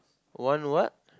one what